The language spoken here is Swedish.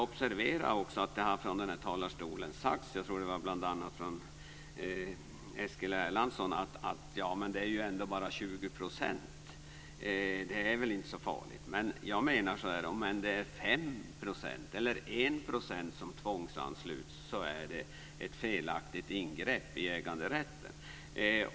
Det har här sagts - bl.a. av Eskil Erlandsson - att det rör sig om bara 20 % och att det inte är så farligt. Men om det är 5 % eller 1 % som tvångsansluts är det ett felaktigt ingrepp i äganderätten.